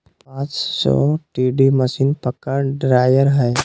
पांच सौ TD machine, मक्का ड्रायर हइ